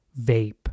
vape